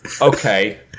Okay